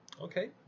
Okay